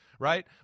right